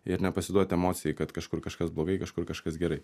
ir nepasiduoti emocijai kad kažkur kažkas blogai kažkur kažkas gerai